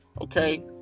okay